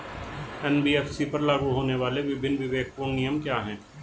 NBFC पर लागू होने वाले विभिन्न विवेकपूर्ण नियम क्या हैं?